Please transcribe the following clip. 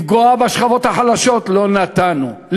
לפגוע בשכבות החלשות לא נתנו,